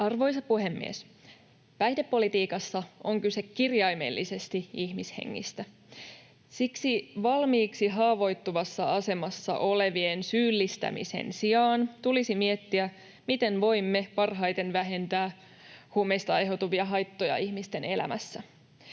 Arvoisa puhemies! Päihdepolitiikassa on kyse kirjaimellisesti ihmishengistä. Siksi valmiiksi haavoittuvassa asemassa olevien syyllistämisen sijaan tulisi miettiä, miten voimme parhaiten vähentää huumeista aiheutuvia haittoja ihmisten elämässä.